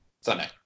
Sunday